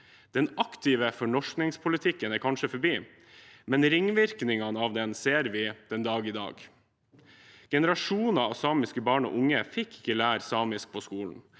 Den aktive fornorskingspolitikken er kanskje forbi, men ringvirkningene av den ser vi den dag i dag. Generasjoner av samiske barn og unge fikk ikke lære samisk på skolen,